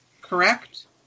Correct